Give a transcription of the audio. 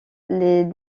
les